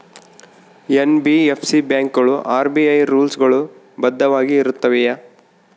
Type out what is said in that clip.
NBFC ಬ್ಯಾಂಕುಗಳು RBI rules ಗಳು ಬದ್ಧವಾಗಿ ಇರುತ್ತವೆಯ?